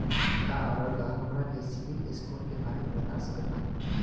का रउआ हमरा के सिबिल स्कोर के बारे में बता सकत बानी?